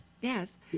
Yes